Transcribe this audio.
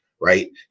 right